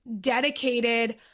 dedicated